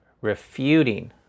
refuting